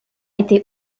été